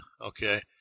Okay